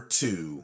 two